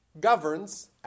governs